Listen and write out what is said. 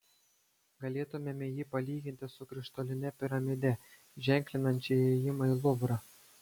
galėtumėme jį palyginti su krištoline piramide ženklinančia įėjimą į luvrą